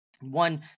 one